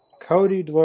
Cody